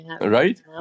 Right